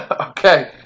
Okay